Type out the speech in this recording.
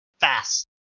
fast